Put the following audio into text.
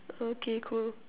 okay cool